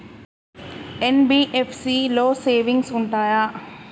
NBFC లో savings ఉంటయా?